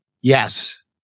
Yes